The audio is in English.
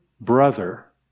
brother